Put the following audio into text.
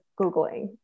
Googling